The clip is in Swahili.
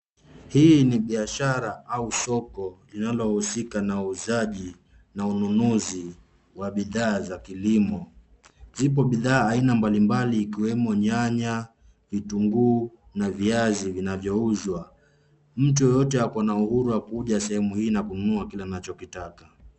Hii ni biashara au soko linalohusika na uuzaji na ununuzi wa bidhaa za kilimo. Zipo bidhaa aina mbalimbali zikiwemo nyanya, vitunguu na viazi vinavyouzwa. Mtu yeyote ako na uhuru wa kuja sehemu hii na kununua kile anachokitaka.